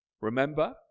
remember